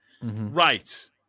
Right